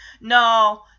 No